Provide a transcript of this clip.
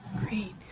Great